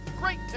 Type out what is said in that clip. great